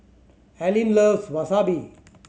Allyn loves Wasabi